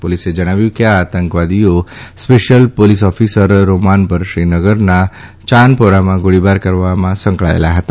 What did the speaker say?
પોલીસે જણાવ્યું કે આ આતંકવાદીઓ સ્પેશ્યલ પોલીસ ઓફીસર રોમાન પર શ્રીનગરના ચાનપોરામાં ગોળીબાર કરવામાં સંકળાયેલા હતા